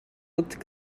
looked